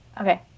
Okay